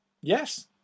yes